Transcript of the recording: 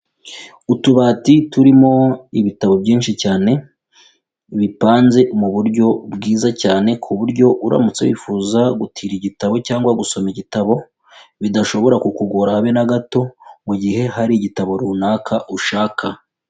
Utubati turimo ibitabo byinshi cyane, bipanze mu buryo bwiza cyane, ku buryo uramutse wifuza gutira igitabo cyangwa gusoma igitabo, bidashobora ku kugora habe nagato, mu gihe hari igitabo runaka ushaka.